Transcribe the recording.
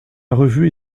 revue